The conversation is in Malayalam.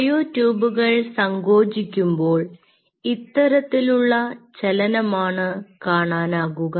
മയോ ട്യൂബുകൾ സങ്കോചിക്കുമ്പോൾ ഇത്തരത്തിലുള്ള ചലനമാണ് കാണാനാകുക